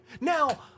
Now